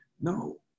no